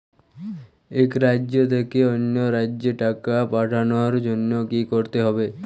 এক রাজ্য থেকে অন্য রাজ্যে টাকা পাঠানোর জন্য কী করতে হবে?